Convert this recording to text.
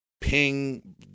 ping